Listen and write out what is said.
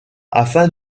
afin